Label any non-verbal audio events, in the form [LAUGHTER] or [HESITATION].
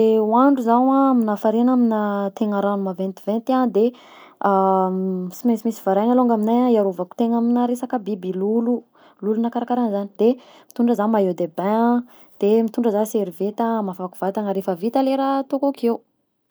Ndeha hoandro zaho aminà farihy na aminà tegna ragno maventiventy a de [HESITATION] sy mainsy misy varahigna alonga aminahy hiarovako tegna aminà resaka biby, lolo, lolo na karakaraha anzany, de mitondra zah maillot de bain a, de mitondra zah serviette a hamafako vatana rehefa vita le raha ataoko akeo.